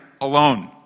alone